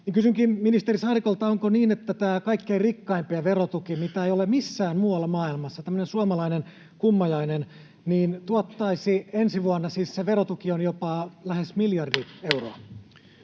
Kysynkin ministeri Saarikolta: onko niin, että tämä kaikkein rikkaimpien verotuki, mitä ei ole missään muualla maailmassa, tämmöinen suomalainen kummajainen, on ensi vuonna jopa lähes miljardi euroa?